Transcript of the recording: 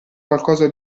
qualcosa